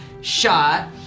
shot